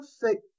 Perfect